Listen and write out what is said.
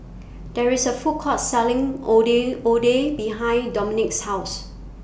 There IS A Food Court Selling Ondeh Ondeh behind Dominik's House